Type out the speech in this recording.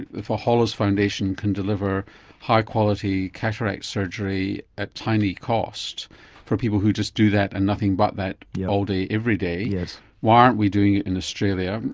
if a hollows foundation can deliver high-quality cataract surgery at tiny cost for people who just do that and nothing but that yeah all day, every day, why aren't we doing it in australia?